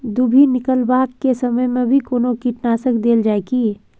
दुभी निकलबाक के समय मे भी कोनो कीटनाशक देल जाय की?